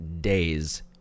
days